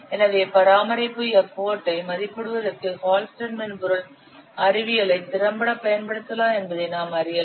எனவே பராமரிப்பு எஃபர்ட் ஐ மதிப்பிடுவதற்கு ஹால்ஸ்டெட் மென்பொருள் அறிவியலை திறம்பட பயன்படுத்தலாம் என்பதை நாம் அறியலாம்